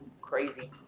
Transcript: crazy